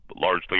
largely